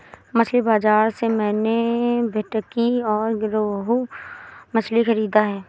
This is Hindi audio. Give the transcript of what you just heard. मछली बाजार से मैंने भेंटकी और रोहू मछली खरीदा है